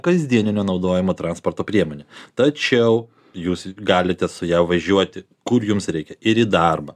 kasdieninio naudojimo transporto priemonė tačiau jūs galite su ja važiuoti kur jums reikia ir į darbą